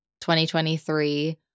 2023